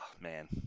man